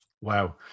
Wow